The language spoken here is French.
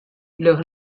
leur